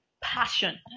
passion